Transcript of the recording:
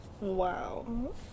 Wow